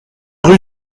rue